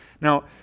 Now